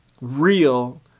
real